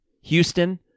Houston